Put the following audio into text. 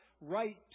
right